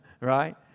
right